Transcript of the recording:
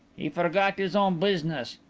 he forgot his own business.